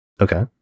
Okay